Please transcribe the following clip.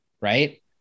Right